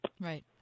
Right